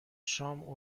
شام